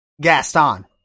Gaston